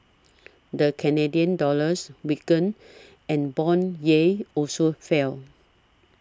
the Canadian dollar weakened and bond yields also fell